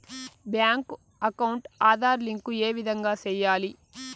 Bank account Aadhaar link ఏ విధంగా సెయ్యాలి?